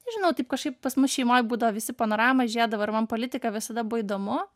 nežinau taip kažkaip pas mus šeimoj būdavo visi panoramą žiūrėdavo ir man politika visada buvo įdomu